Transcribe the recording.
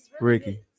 Ricky